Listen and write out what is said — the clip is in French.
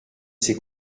ses